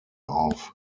auf